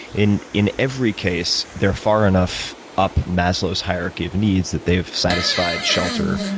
in in every case, they're far enough up maslow's hierarchy of needs that they've satisfied shelter,